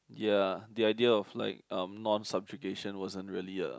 ya the idea of like uh non subjugation wasn't really a